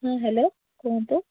ହଁ ହ୍ୟାଲୋ କୁହନ୍ତୁ